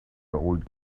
old